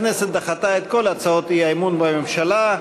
הכנסת דחתה את כל הצעות האי-אמון בממשלה.